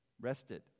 rested